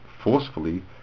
forcefully